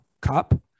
cup